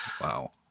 Wow